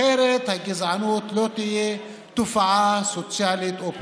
אחרת הגזענות לא תהיה תופעה סוציאלית או פוליטית.